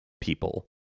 people